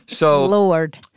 Lord